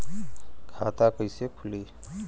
खाता कइसे खुली?